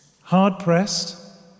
Hard-pressed